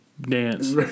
Dance